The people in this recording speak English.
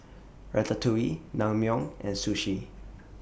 Ratatouille Naengmyeon and Sushi